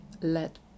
let